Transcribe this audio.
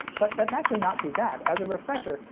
but that's actually not too bad. as a refresher,